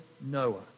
Noah